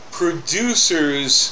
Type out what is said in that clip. producers